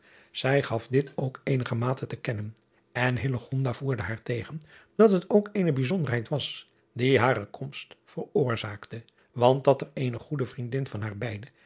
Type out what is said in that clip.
ij gaf dit ook eenigermate driaan oosjes zn et leven van illegonda uisman te kennen en voerde haar tegen dat het ook eene bijzonderheid was die hare komst veroorzaakte want dat er eene goede vriendin van haar